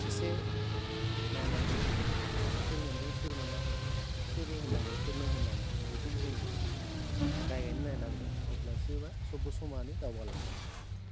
एसे नायनांगौ सोर मोन्दों सोर मोना सोरनो होनांगौ सोरनो होनाङा बेखौबो जों गाव गावनो नायनांगौ अब्लासो मा सबबो समानै दावगालांगोन